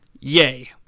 Yay